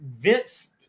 Vince